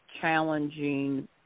challenging